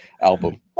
album